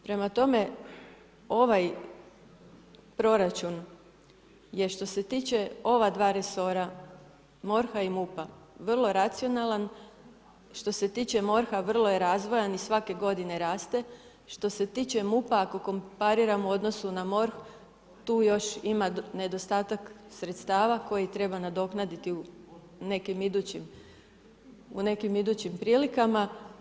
Prema tome, ovaj proračun je što se tiče ova 2 resora MORH-a i MUP-a vrlo racionalan, što se tiče MORH-a vrlo je razvojan i svake g. raste, što se tiče MUP-a ako kompariramo u odnosu na MORH tu još ima nedostatak sredstava koji treba nadoknaditi u nekim idućim prilikama.